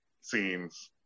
scenes